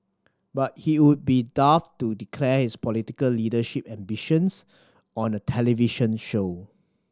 but he would be daft to declare his political leadership ambitions on a television show